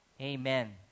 Amen